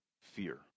fear